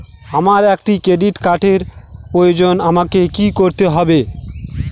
আমার একটি ক্রেডিট কার্ডের প্রয়োজন আমাকে কি করতে হবে?